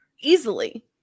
easily